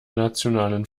nationalen